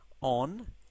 on